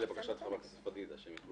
זה לבקשת חברת הכנסת פדידה.